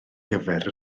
gyfer